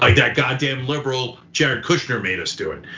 like that goddamn liberal, jared kushner made us do it.